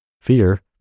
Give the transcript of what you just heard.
Fear